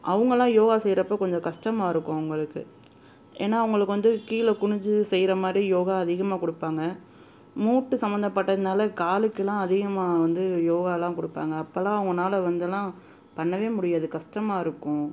அவங்கள்லாம் யோகா செய்கிறப்ப கொஞ்சம் கஷ்டமா இருக்கும் அவங்களுக்கு ஏன்னால் அவங்களுக்கு வந்து கீழே குனிஞ்சு செய்கிற மாதிரி யோகா அதிகமாக கொடுப்பாங்க மூட்டு சம்பந்தப்பட்டதுனால காலுக்கெல்லாம் அதிகமாக வந்து யோகாவெல்லாம் கொடுப்பாங்க அப்பெல்லாம் அவங்கனால வந்தெல்லாம் பண்ணவே முடியாது கஷ்டமா இருக்கும்